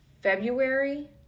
February